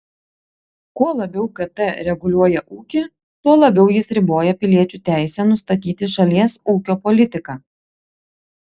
kuo labiau kt reguliuoja ūkį tuo labiau jis riboja piliečių teisę nustatyti šalies ūkio politiką